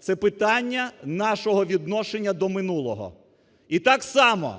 це питання нашого відношення до минулого. І так само,